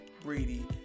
Brady